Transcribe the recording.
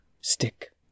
stick